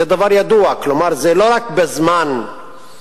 זה דבר ידוע, כלומר, זה לא רק בזמן שיש